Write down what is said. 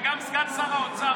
וגם סגן שר האוצר,